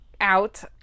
out